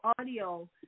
audio